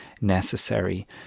necessary